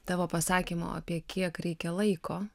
tavo pasakymo apie kiek reikia laiko